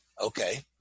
Okay